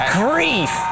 grief